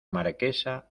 marquesa